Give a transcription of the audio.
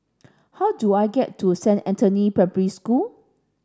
how do I get to Saint Anthony Primary School